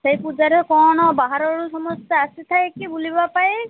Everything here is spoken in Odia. ସେଇ ପୂଜାରେ କ'ଣ ବାହାରୁ ସମସ୍ତେ ଆସିଥାଏ କି ବୁଲିବା ପାଇଁ